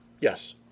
Yes